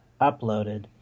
uploaded